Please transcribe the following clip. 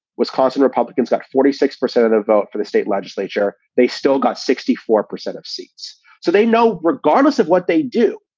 wisconsin republicans got forty six percent of the vote for the state legislature. they still got sixty four percent of seats. so they know regardless of what they do,